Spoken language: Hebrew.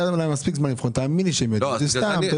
היה להם מספיק זמן לבחון, תאמין לי, זה סתם.